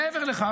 מעבר לכך,